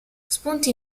spunti